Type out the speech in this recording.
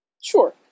Sure